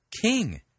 king